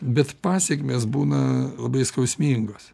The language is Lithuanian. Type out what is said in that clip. bet pasekmės būna labai skausmingos